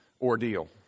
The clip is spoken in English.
ordeal